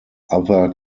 other